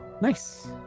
nice